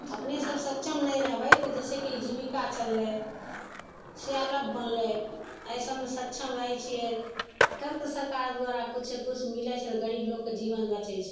अपने सब सक्षम नहि रहबय तऽ जैसे कि जीविका चललय बनलय अइ सबमे सक्षम रहय छियै तब तऽ सरकार द्वारा किछु किछु मिलय छै गरीब लोगके जीवन बचय छै